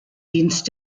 dienst